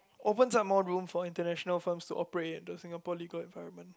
opens up more room for international firms to operate into Singapore legal environment